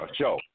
show